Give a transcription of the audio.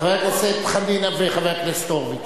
חבר הכנסת חנין וחבר הכנסת הורוביץ,